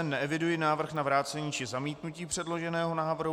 Neeviduji návrh na vrácení či zamítnutí předloženého návrhu.